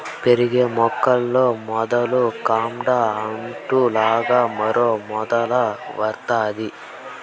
పెరిగే మొక్కల్లో మొదలు కాడ అంటు లాగా మరో మొలక వత్తాది